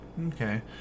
Okay